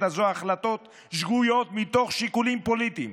הזאת החלטות שגויות מתוך שיקולים פוליטיים.